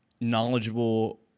knowledgeable